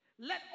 Let